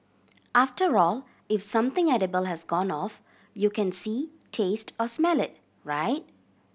after all if something edible has gone off you can see taste or smell it right